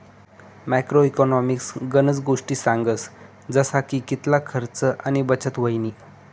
macro economics गनज गोष्टी सांगस जसा की कितला खर्च आणि बचत व्हयनी